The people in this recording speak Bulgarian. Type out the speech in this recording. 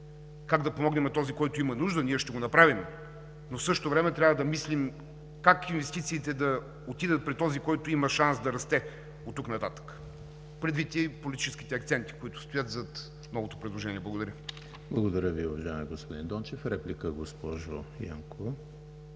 как да помогнем на този, който има нужда – ние ще го направим, но в същото време трябва да мислим как инвестициите да отидат при този, който има шанс да расте оттук нататък, предвид и политическите акценти, които стоят зад новото предложение. Благодаря. ПРЕДСЕДАТЕЛ ЕМИЛ ХРИСТОВ: Благодаря Ви, уважаеми господин Дончев. Реплика – госпожо Янкова.